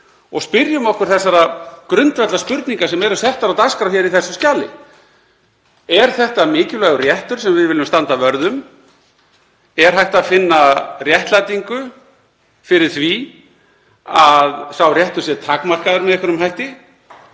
og spyrjum okkur þessara grundvallarspurninga sem eru settar á dagskrá hér í þessu skjali: Er þetta mikilvægur réttur sem við viljum standa vörð um? Er hægt að réttlæta það að sá réttur sé takmarkaður með einhverjum hætti?